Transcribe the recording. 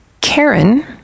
Karen